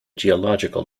geological